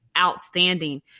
outstanding